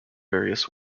various